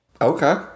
Okay